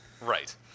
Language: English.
Right